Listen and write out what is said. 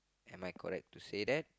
am I correct to say that